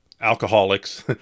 alcoholics